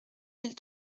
mille